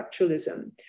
structuralism